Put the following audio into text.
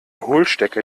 hohlstecker